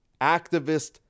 activist